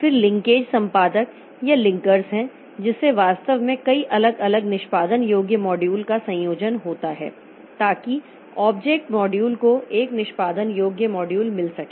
फिर लिंकेज संपादक या लिंकर्स हैं जिससे वास्तव में कई अलग अलग निष्पादन योग्य मॉड्यूल का संयोजन होता है ताकि ऑब्जेक्ट मॉड्यूल को एक निष्पादन योग्य मॉड्यूल मिल सके